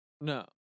No